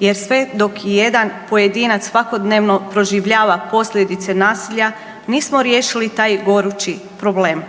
jer sve dok i jedan pojedinac svakodnevno proživljava posljedice nasilja nismo riješili taj gorući problem.